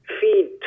feed